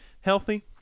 healthy